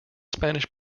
spanish